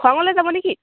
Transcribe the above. যাব নেকি